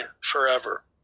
forever